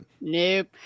Nope